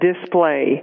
display